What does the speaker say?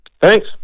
Thanks